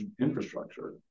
infrastructure